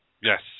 Yes